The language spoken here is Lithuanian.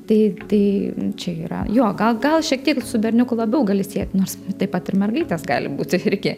tai tai čia yra jo gal gal šiek tiek su berniuku labiau gali siet nors taip pat ir mergaitės gali būti irgi